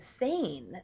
insane